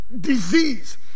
disease